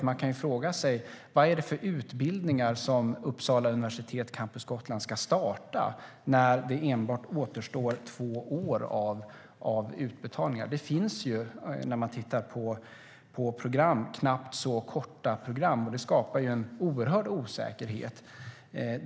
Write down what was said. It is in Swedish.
Man kan fråga sig: Vad är det för utbildningar som Uppsala universitet - Campus Gotland ska starta när det enbart återstår två år av utbetalningar? Det finns knappt så korta program. Det skapar en oerhörd osäkerhet.